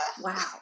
Wow